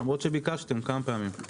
למרות שביקשתם כמה פעמים.